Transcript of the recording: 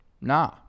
Nah